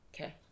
Okay